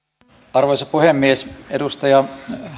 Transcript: arvoisa puhemies edustaja